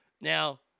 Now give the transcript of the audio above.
Now